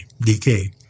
Decay